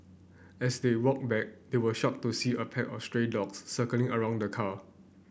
as they walked back they were shocked to see a pack of stray dogs circling around the car